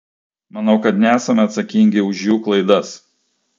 manau kad nesame atsakingi už jų klaidas